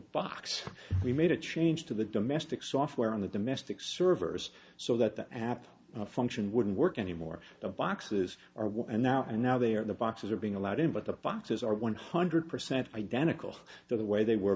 box we made a change to the domestic software on the domestic servers so that the app function wouldn't work anymore the boxes are well and now and now they are the boxes are being allowed in but the boxes are one hundred percent identical to the way they were